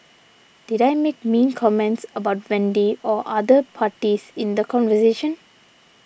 did I make mean comments about Wendy or other parties in the conversation